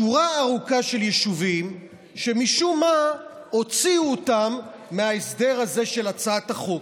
שורה ארוכה של יישובים שמשום מה הוציאו אותם מההסדר הזה של הצעת החוק,